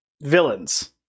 villains